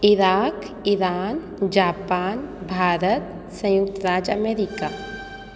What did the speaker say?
Iraq Iran Japan Bharat संयुक्त राज्य America